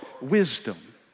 wisdom